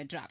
வென்றார்